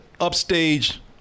upstage